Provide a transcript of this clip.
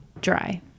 dry